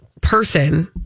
person